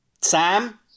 Sam